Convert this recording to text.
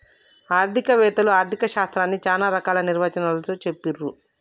ఆర్థిక వేత్తలు ఆర్ధిక శాస్త్రాన్ని చానా రకాల నిర్వచనాలతో చెప్పిర్రు